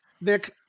Nick